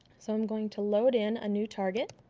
so i'm going to load in a new target.